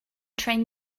train